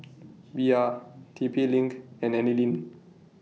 Bia T P LINK and Anlene